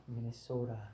Minnesota